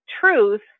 truth